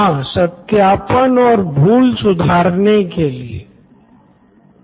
professor यह ध्यान दे की इनमें से कुछ बातें कोरी कल्पना ही है और उन्हे ऐसे ही माने